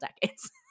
decades